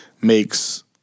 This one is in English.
makes